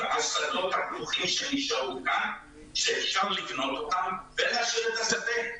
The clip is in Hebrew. השדות שנשארו כאן שאפשר לקנות אותם ולהשאיר את השדה.